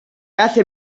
hace